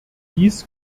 dies